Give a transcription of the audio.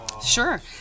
Sure